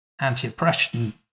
anti-oppression